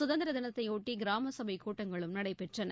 சுதந்திரத்தினத்தையொட்டி கிராம சபை கூட்டங்களும் நடைபெற்றன